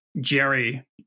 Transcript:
jerry